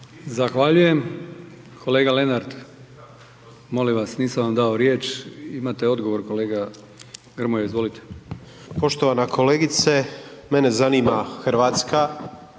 Zahvaljujem. Kolega Lenart molim vas, nisam vam dao riječ, imate odgovor kolega Grmoja, izvolite. **Grmoja, Nikola (MOST)** Poštovana